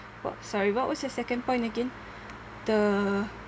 sorry what was your second point again the